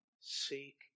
seek